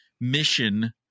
mission